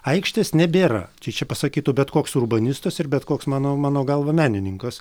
aikštės nebėra čia čia pasakytų bet koks urbanistas ir bet koks mano mano galva menininkas